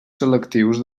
selectius